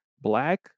black